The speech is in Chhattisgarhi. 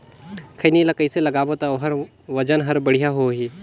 खैनी ला कइसे लगाबो ता ओहार वजन हर बेडिया होही?